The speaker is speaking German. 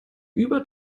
über